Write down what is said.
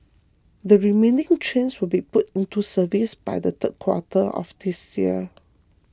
the remaining trains will be put into service by the third quarter of this year